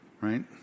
right